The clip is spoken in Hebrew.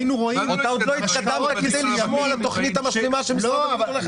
עוד לא התקדמנו כדי לשמוע על התוכנית המשלימה של משרד הבריאות.